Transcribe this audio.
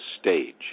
stage